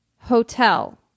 Hotel